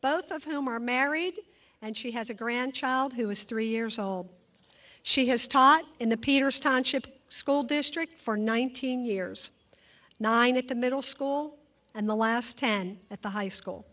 both of whom are married and she has a grandchild who is three years old she has taught in the peters township school district for nineteen years nine at the middle school and the last ten at the high school